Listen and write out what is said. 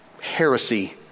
heresy